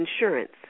insurance